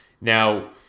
Now